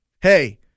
Hey